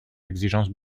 exigences